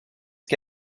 que